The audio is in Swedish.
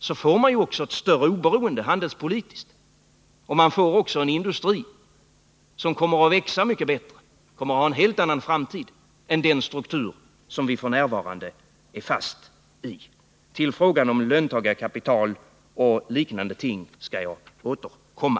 Då får man ett större handelspolitiskt oberoende, och man får också en industri som kommer att växa mycket bättre och kommer att ha en helt annan struktur i framtiden än den struktur vi f. n. är fast i. Till frågan om löntagarkapital och liknande ting skall jag återkomma.